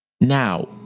Now